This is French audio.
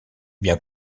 bien